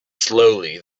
slowly